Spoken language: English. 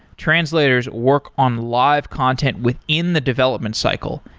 translators work on live content within the development cycle,